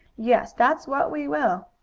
yes, that's what we will.